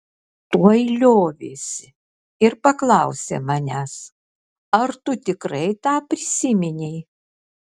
tuoj liovėsi ir paklausė manęs ar tu tikrai tą prisiminei